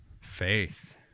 Faith